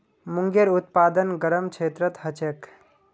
मूंगेर उत्पादन गरम क्षेत्रत ह छेक